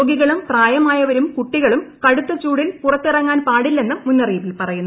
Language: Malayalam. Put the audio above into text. രോഗികളും പ്രായമായവരും കുട്ടികളും കടുത്ത ചൂടിൽ പുറത്തിറങ്ങാൻ പാടില്ലെന്നും മുന്നറിയിപ്പിൽ പറയുന്നു